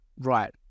right